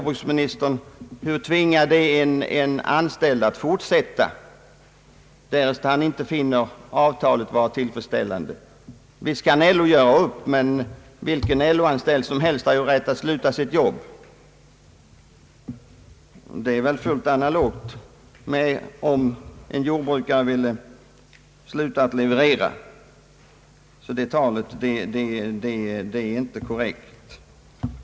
bruksministern: Hur tvingad är en anställd att fortsätta därest han inte finner avtalet vara = tillfredsställande? Visst kan LO göra upp, men vilken LO-anställd som helst har ju rätt att sluta sitt jobb, vilket är helt analogt med om en jordbrukare vill sluta leverera. Det påståendet är alltså inte korrekt.